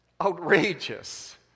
outrageous